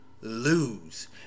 lose